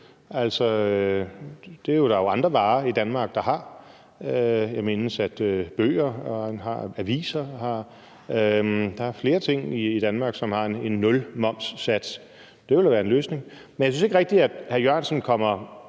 er der jo andre varer i Danmark der har. Jeg mindes, at bøger har det, at aviser har det, der er flere ting i Danmark, som har en 0-momssats, og det ville jo være en løsning. Men jeg synes ikke rigtig, hr. Jan E. Jørgensen kommer